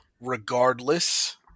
regardless